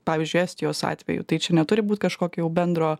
pavyzdžiui estijos atveju tai čia neturi būt kažkokio jau bendro